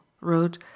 wrote